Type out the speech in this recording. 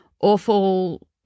awful